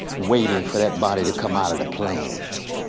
waiting for that body to come out of the plane.